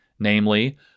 namely